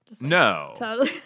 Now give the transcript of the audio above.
No